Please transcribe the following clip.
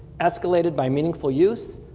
escalated by meaningful use,